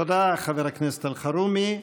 תודה, חבר הכנסת אלחרומי.